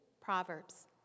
Proverbs